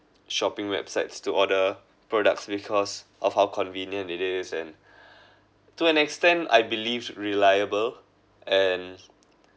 shopping websites to order products because of how convenient it is and to an extent I believe should reliable and